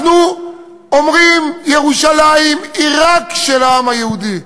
אנחנו אומרים: ירושלים היא רק של העם היהודי.